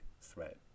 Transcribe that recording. threat